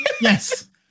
yes